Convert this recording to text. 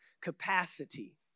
capacity